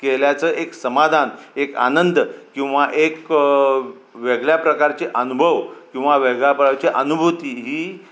केल्याचं एक समाधान एक आनंद किंवा एक वेगळ्या प्रकारचे अनुभव किंवा वेगळ्या अनुभूती ही